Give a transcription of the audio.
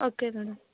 okay madam